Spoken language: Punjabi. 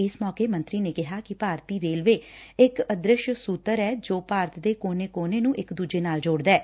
ਇਸ ਮੌਕੇ ਮੰਤਰੀ ਨੇ ਕਿਹਾ ਕਿ ਭਾਰਤੀ ਰੇਲਵੇ ਇਕ ਅਦ੍ਦਿਸ਼ ਸੁਤਰ ਐ ਜੋ ਭਾਰਤ ਦੇ ਕੋਨੇ ਕੋਨੇ ਨੂੰ ਇਕ ਦੁਜੇ ਨਾਲ ਜੋਤ੍ਦਾ ਏ